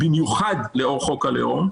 במיוחד לאור חוק הלאום,